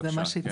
זה מה שהצעת.